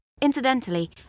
Incidentally